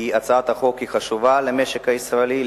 כי היא חשובה למשק הישראלי,